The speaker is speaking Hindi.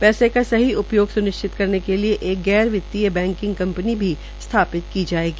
पैसे का सही उपयोग सुनिश्चित करने के लिए एक गैर बैंकिंग वित्तीय कंपनी भी स्थापित की जायेगी